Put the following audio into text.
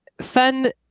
fun